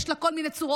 ויש לה כל מיני צורות.